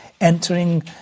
entering